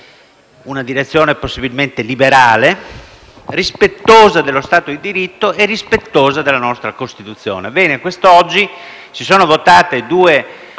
una direzione garantista, possibilmente liberale, rispettosa dello stato di diritto e della nostra Costituzione. Ebbene, quest'oggi si sono votate due